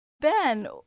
Ben